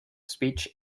speech